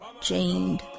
chained